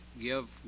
give